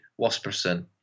Wasperson